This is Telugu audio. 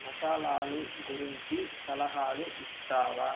మసాలాలు గురించి సలహాలు ఇస్తావా